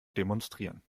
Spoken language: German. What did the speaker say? demonstrieren